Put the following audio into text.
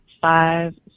five